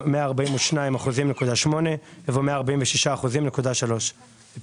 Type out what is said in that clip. לפי הכנסה 7. בסעיף 13א(ב1) לחוק,